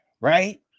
right